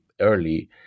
early